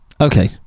Okay